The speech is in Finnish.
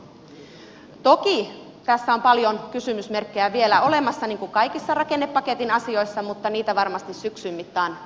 toki tässä on paljon kysymysmerkkejä vielä olemassa niin kuin kaikissa rakennepaketin asioissa mutta niitä varmasti syksyn mittaan ratkotaan